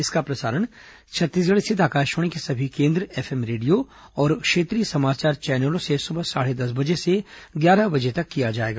इसका प्रसारण छत्तीसगढ़ स्थित आकाशवाणी के सभी केंद्र एफएम रेडियो और क्षेत्रीय समाचार चैनलों से सुबह साढ़े दस बजे से ग्यारह बजे तक किया जाएगा